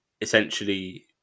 essentially